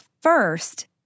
first